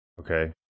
Okay